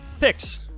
Picks